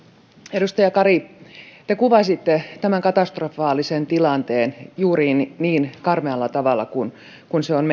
edustaja kari te kuvasitte tämän katastrofaalisen tilanteen juuri niin karmealla tavalla kuin se on